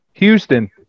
houston